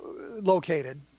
located